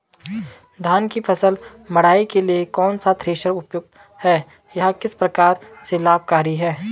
धान की फसल मड़ाई के लिए कौन सा थ्रेशर उपयुक्त है यह किस प्रकार से लाभकारी है?